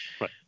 right